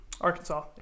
Arkansas